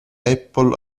apple